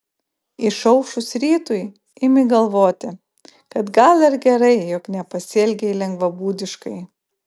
išaušus rytui imi galvoti kad gal ir gerai jog nepasielgei lengvabūdiškai